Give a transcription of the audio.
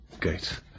Gate